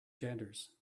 genders